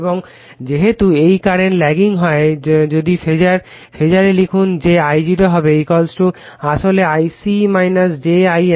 এবং যেহেতু এই কারেন্ট ল্যাগিং হয় যদি ফেজার এ লিখুন যে I0 হবে আসলে Ic j I m